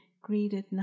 greeted